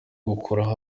gukuraho